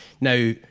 Now